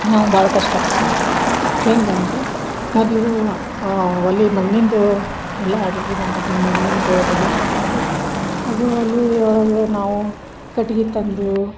ನಾವು ಭಾಳ ಕಷ್ಟ ಪಟ್ಟೀವಿ ಹೆಂಗೆ ಅಂದ್ರೆ ಮೊದಲು ಒಲಿ ಮಣ್ಣಿಂದೂ ಎಲ್ಲಾ ಅಡ್ಗಿ ಮಾಡದು ಮಣ್ಣಿಂದು ಒಲಿ ಹಾಕಿದ್ದರು ಅದು ಒಲಿ ಒಳ್ಗ ನಾವು ಕಟ್ಗಿ ತಂದು